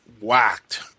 whacked